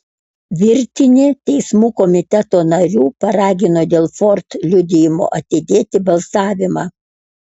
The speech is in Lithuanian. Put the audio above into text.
virtinė teismų komiteto narių paragino dėl ford liudijimo atidėti balsavimą